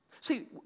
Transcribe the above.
See